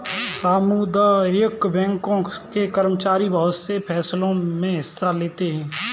सामुदायिक बैंकों के कर्मचारी बहुत से फैंसलों मे हिस्सा लेते हैं